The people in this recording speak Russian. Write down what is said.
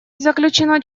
заключено